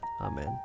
Amen